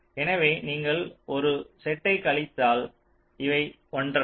எனவே நீங்கள் ஒரு செட் டை கழித்தால் இவை ஒன்றல்ல